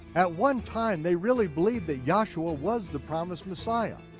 at one time, they really believed that yahshua was the promised messiah.